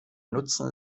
nutzen